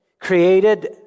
created